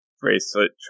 Bracelet